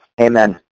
amen